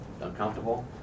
uncomfortable